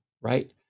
right